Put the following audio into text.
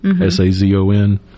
S-A-Z-O-N